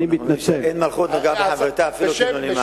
אנחנו אומרים ש"אין מלכות נוגעת בחברתה אפילו כמלוא נימה".